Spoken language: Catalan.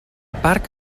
parc